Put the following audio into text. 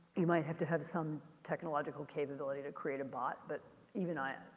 you might have to have some technological capability to create a bot, but even i,